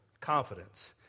confidence